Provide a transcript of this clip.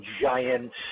giant